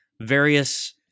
various